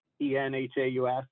E-N-H-A-U-S